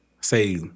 say